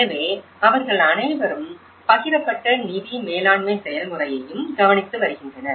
எனவே அவர்கள் அனைவரும் பகிரப்பட்ட நிதி மேலாண்மை செயல்முறையையும் கவனித்து வருகின்றனர்